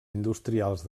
industrials